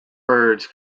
birds